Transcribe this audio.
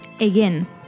Again